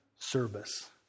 service